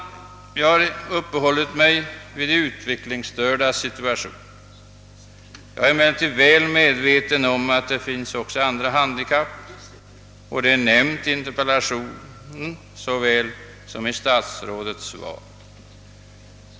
Jag har uppehållit mig vid de utvecklingsstördas situation. Jag är emellertid väl medveten om att det finns också andra handikapp. Det har nämnts såväl i interpellationen som i statsrådets svar.